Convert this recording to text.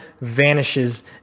vanishes